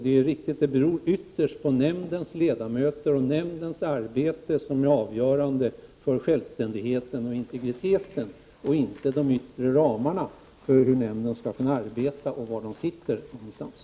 Det är riktigt att det ytterst är nämndens ledamöter och nämndens arbete som är avgörande för självständigheten och integriteten och inte de yttre ramarna för hur nämnden skall arbeta och var den sitter någonstans.